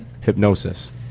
Hypnosis